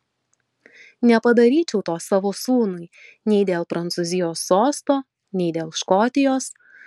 nepadaryčiau to savo sūnui nei dėl prancūzijos sosto nei dėl škotijos